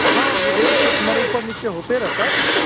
हाँ अब रेट तो तुम्हारे ऊपर नीचे होते रहता है ना